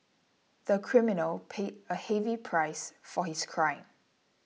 the criminal paid a heavy price for his crime